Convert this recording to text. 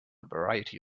variety